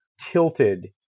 tilted